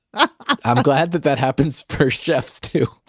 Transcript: i'm glad that that happens for chefs too